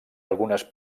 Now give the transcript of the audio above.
algunes